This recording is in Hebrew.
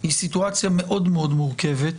היא סיטואציה מאוד מאוד מורכבת.